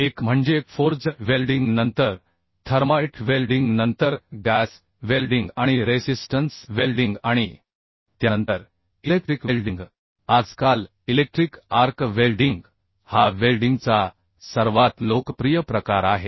एक म्हणजे forge welding नंतर थर्माइट वेल्डिंग नंतर गॅस वेल्डिंग आणि रेसिस्टन्स वेल्डिंग आणि त्यानंतर इलेक्ट्रिक वेल्डिंग आजकाल इलेक्ट्रिक आर्क वेल्डिंग हा वेल्डिंगचा सर्वात लोकप्रिय प्रकार आहे